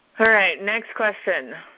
next question.